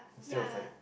it's there if like